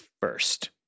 first